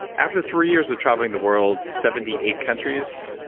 after three years of traveling the world, seventy eight countries,